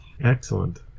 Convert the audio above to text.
Excellent